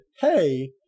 hey